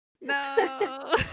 No